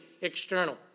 external